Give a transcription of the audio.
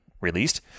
released